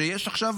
שיש עכשיו